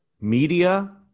media